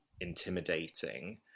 intimidating